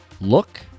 look